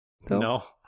No